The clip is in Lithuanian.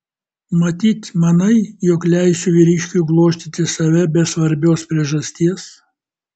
matyt manai jog leisiu vyriškiui glostyti save be svarbios priežasties